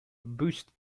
boost